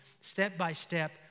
step-by-step